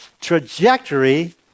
trajectory